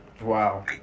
Wow